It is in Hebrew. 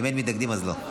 אם אין מתנגדים, אז לא.